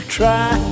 try